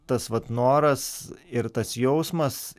tas vat noras ir tas jausmas